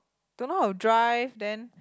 don't know how to drive then